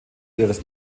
ihres